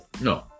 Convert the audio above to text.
No